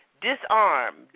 disarm